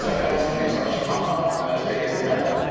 so guys? my name is archie concon from las vegas, nevada.